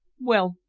well,